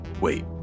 Wait